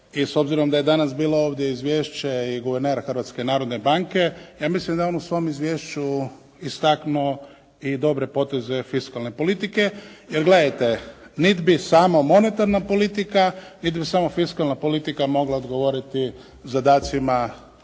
i s obzirom da je danas bilo ovdje izvješće i guverner Hrvatske narodne banke ja mislim da je on u svom izvješću istaknuo i dobre poteze fiskalne politike jer gledajte niti bi samo monetarna politika niti bi samo fiskalna politika mogla odgovoriti zadacima koji